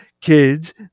kids